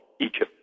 Egypt